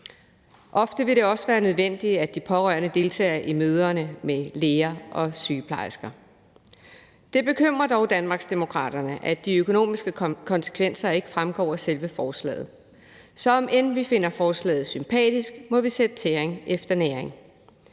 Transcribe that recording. Ofte vil det også være nødvendigt, at de pårørende deltager i møderne med læger og sygeplejersker. Det bekymrer dog Danmarksdemokraterne, at de økonomiske konsekvenser ikke fremgår af selve forslaget. Så om end vi finder forslaget sympatisk, må vi sætte tæring efter næring.